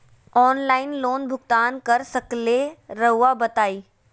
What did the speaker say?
Online loan भुगतान कर सकेला राउआ बताई?